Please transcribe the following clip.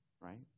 right